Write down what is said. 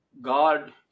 God